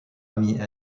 amie